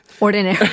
Ordinary